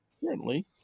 currently